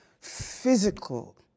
physical